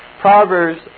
Proverbs